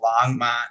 Longmont